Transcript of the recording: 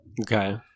Okay